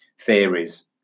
theories